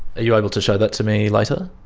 you able to show that to me later?